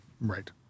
Right